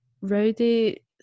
Rowdy